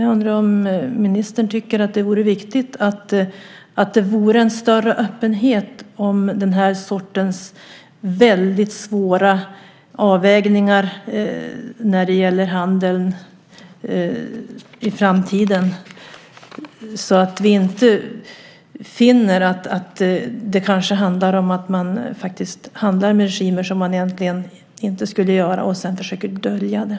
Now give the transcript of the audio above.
Jag undrar om ministern tycker att det vore viktigt att det vore en större öppenhet om den här sortens väldigt svåra avvägningar när det gäller handeln i framtiden, så att vi inte finner att det kanske handlar om att man handlar med regimer som man egentligen inte skulle handla med och sedan försöker dölja det.